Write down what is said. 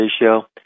ratio